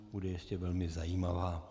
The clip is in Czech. Bude jistě velmi zajímavá.